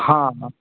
हाँ हाँ